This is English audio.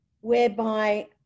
whereby